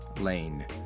Lane